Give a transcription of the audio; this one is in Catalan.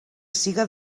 siga